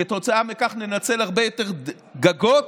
כתוצאה מכך ננצל הרבה יותר גגות